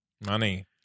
Money